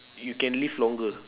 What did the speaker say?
you can live longer